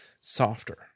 Softer